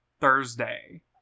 Thursday